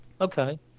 Okay